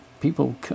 People